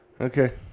Okay